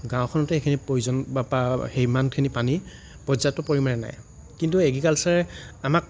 গাঁওখনতে এইখিনি প্ৰয়োজন পা সিমানখিনি পানী পৰ্য্যাপ্ত পৰিমাণে নাই কিন্তু এগ্ৰিকালছাৰে আমাক